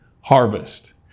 harvest